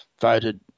voted